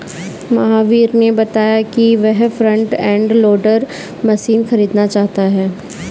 महावीर ने बताया कि वह फ्रंट एंड लोडर मशीन खरीदना चाहता है